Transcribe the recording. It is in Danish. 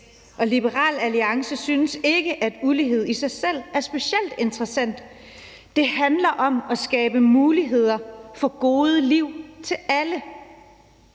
Liberal Alliance synes ikke, at ulighed i sig selv er specielt interessant. Det handler om at skabe muligheder for gode liv til alle.